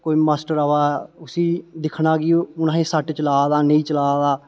कोई मास्टर आवा दा उस्सी दिक्खना कि हून असेंगी सट्ट चला दा नेईं चला दा